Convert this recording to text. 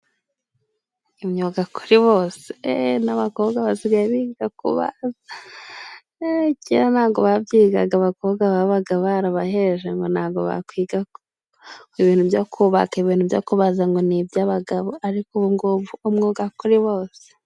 Imyuga kuri bose ee n'abakobwa basigaye biga kubaza! Ee! Kera ntango babyigaga. Abakobwa babaga barabaheje ngo ntango bakwiga ku ibintu byo kubaka, ibintu byo kubaza ngo ni iby'abagabo, ariko ubungubu umwuga kuri bose.